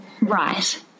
Right